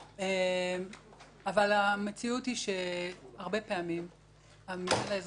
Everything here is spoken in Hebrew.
אבל המציאות היא שהרבה פעמים המינהל האזרחי